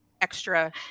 extra